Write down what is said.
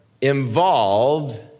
involved